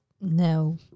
no